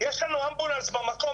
יש לנו אמבולנס במקום,